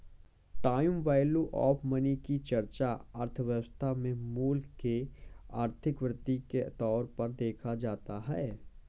time value of money की चर्चा अर्थव्यवस्था में मूल्य के अभिवृद्धि के तौर पर देखा जाता है